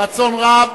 ברצון רב.